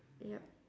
yup